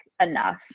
enough